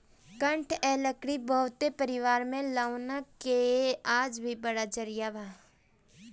काठ आ लकड़ी बहुत परिवार में लौना के आज भी बड़ा जरिया बा